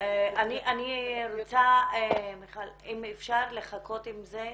אני רוצה אם אפשר לחכות עם זה,